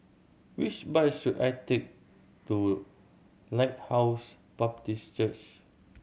which bus should I take to Lighthouse Baptist Church